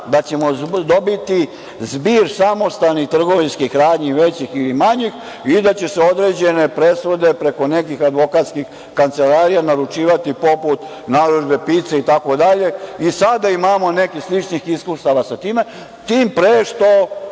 da ćemo dobiti zbir samostalnih trgovinskih radnji, većih ili manjih i da će se određene presude preko nekih advokatskih kancelarija naručivati poput narudžbe pića itd. Sada imamo nekih sličnih iskustava sa time, tim pre što